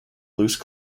loose